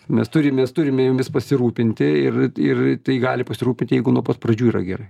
mes turim mes turime jomis pasirūpinti ir ir tai gali pasirūpinti jeigu nuo pat pradžių yra gerai